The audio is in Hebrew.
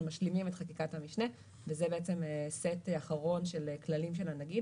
אנחנו משלימים את חקיקת המשנה וזה סט אחרון של כללים של הנגיד